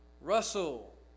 Russell